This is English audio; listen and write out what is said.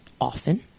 often